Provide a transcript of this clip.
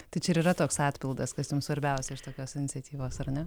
tai čia ir yra toks atpildas kas jum svarbiausia iš tokios iniciatyvas ar ne